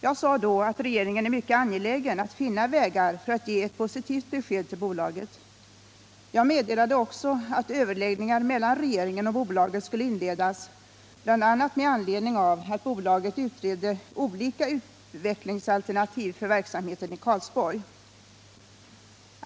Jag sade då att regeringen är mycket angelägen om att finna vägar för att ge ett positivt besked till bolaget. Jag meddelade också att överläggningar mellan regeringen och bolaget skulle inledas, bl.a. med anledning av att bolaget utredde olika utvecklingsalternativ för verksamheten i Karlsborg.